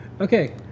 okay